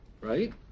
right